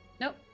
Nope